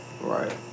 right